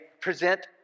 present